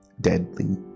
deadly